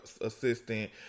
assistant